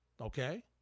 Okay